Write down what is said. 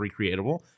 recreatable